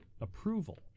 approval